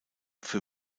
für